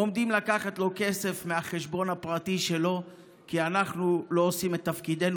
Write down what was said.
עומדים לקחת לו כסף מהחשבון הפרטי שלו כי אנחנו לא עושים את תפקידנו.